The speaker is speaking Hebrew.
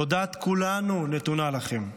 תודת כולנו נתונה לכם.